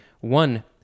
One